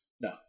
No